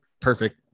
perfect